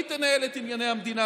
תנהל את ענייני המדינה,